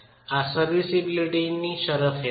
આ સર્વિસિબિલિટી શરત હેઠળ છે